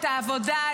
את העבודה,